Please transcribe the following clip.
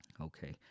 Okay